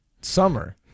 summer